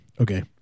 Okay